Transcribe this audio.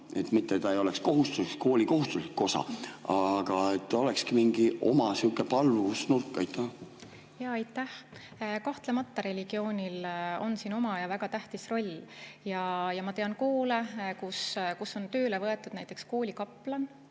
Mitte ta ei oleks kooli kohustuslik osa, aga et olekski mingi oma sihuke palvusnurk. Jah, aitäh! Kahtlemata religioonil on siin oma ja väga tähtis roll. Ja ma tean koole, kus on tööle võetud näiteks koolikaplan,